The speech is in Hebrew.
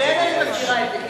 לכן אני מזכירה את זה.